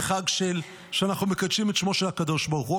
כחג שאנחנו מקדשים את שמו של הקדוש ברוך הוא.